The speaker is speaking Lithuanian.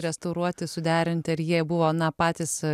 restauruoti suderinti ar jie buvo na patys